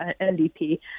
NDP